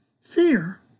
fear